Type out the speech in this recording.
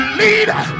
leader